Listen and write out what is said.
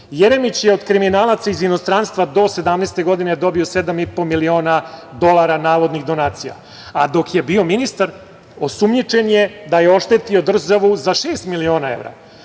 Jeremić je od kriminalaca iz inostranstva do 17 godine dobio sedam i po miliona dolara navodnih donacija, a dok je bio ministar osumnjičen je da je oštetio državu za šest miliona evra,